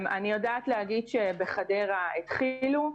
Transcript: בחדרה התחילו,